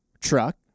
truck